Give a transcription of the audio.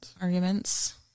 arguments